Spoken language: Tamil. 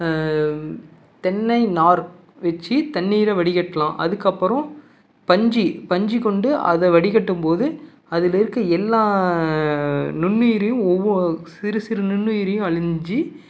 தென்னை நார் வச்சு தண்ணீரை வடிக்கட்டலாம் அதுக்கு அப்புறம் பஞ்சு பஞ்சுக் கொண்டு அதை வடிக்கட்டும் போது அதில் இருக்க எல்லா நுண்ணுயிரியும் ஒவ்வோர் சிறு சிறு நுண்ணுயிரியும் அழிஞ்சு